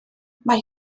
mae